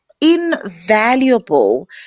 invaluable